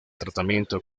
tratamiento